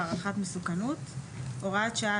והערכת מסוכנות הוראת שעה),